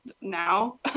now